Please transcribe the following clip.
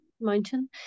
mountain